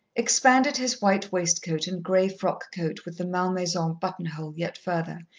expanded his white waistcoat and grey frock-coat with the malmaison buttonhole yet further,